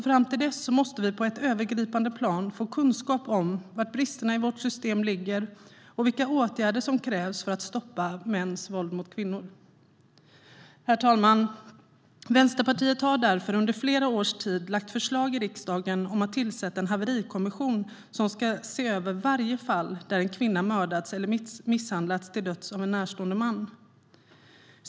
Fram till dess måste vi alltså på ett övergripande plan få kunskap om var bristerna i vårt system ligger och vilka åtgärder som krävs för att stoppa mäns våld mot kvinnor. Herr talman! Vänsterpartiet har under flera års tid lagt fram förslag i riksdagen om att tillsätta en haverikommission som ska se över varje fall då en kvinna mördats eller misshandlats till döds av en närstående man.